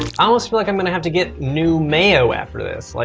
almost feel like i'm gonna have to get new mayo after this. like,